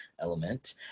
element